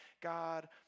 God